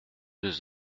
deux